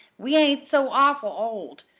we ain't so awful old.